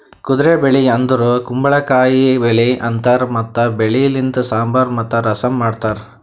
ಕುದುರೆ ಬೆಳಿ ಅಂದುರ್ ಕುಂಬಳಕಾಯಿ ಬೆಳಿ ಅಂತಾರ್ ಮತ್ತ ಬೆಳಿ ಲಿಂತ್ ಸಾಂಬಾರ್ ಮತ್ತ ರಸಂ ಮಾಡ್ತಾರ್